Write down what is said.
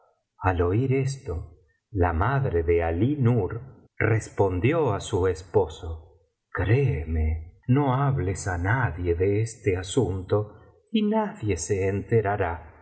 al oir esto la madre de alí nur respondió á su biblioteca valenciana generalitat valenciana historia de dulce amiga esposo créeme no hables á nadie de este asunto y nadie se enterará